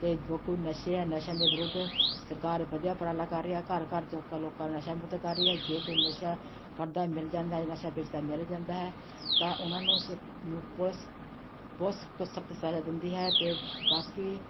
ਅਤੇ ਜੋ ਕੋਈ ਨਸ਼ੇ ਆ ਨਸ਼ਿਆਂ ਦੇ ਵਿਰੁੱਧ ਸਰਕਾਰ ਵਧੀਆ ਉਪਰਾਲਾ ਕਰ ਰਹੀ ਆ ਘਰ ਘਰ ਜਾ ਕੇ ਲੋਕਾਂ ਨੂੰ ਨਸ਼ਾ ਮੁਕਤ ਕਰ ਰਹੀ ਹੈ ਜੇ ਕੋਈ ਨਸ਼ਾ ਕਰਦਾ ਮਿਲ ਜਾਂਦਾ ਨਸ਼ਾ ਵੇਚਦਾ ਮਿਲ ਜਾਂਦਾ ਹੈ ਤਾਂ ਉਹਨਾਂ ਨੂੰ ਉਸ ਪੁਲਿਸ ਬਹੁਤ ਸਖ਼ਤ ਤੋਂ ਸਖ਼ਤ ਸਜ਼ਾ ਦਿੰਦੀ ਹੈ ਅਤੇ ਬਾਕੀ